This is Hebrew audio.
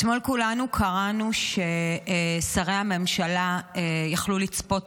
אתמול כולנו קראנו ששרי הממשלה יכלו לצפות